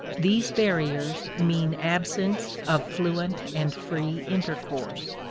these barriers mean absence of fluent and free intercourse.